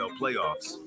playoffs